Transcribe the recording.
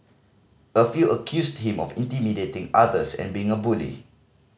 a few accused him of intimidating others and being a bully